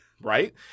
Right